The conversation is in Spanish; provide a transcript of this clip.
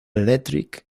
electric